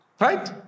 Right